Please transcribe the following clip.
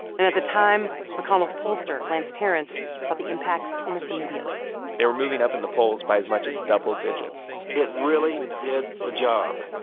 and at the time, mcconnell's pollster, lance tarrance, saw the impact almost immediately they were moving up in the polls by as much as double digits it really did the job.